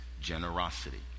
Generosity